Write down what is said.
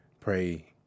pray